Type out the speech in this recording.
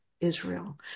Israel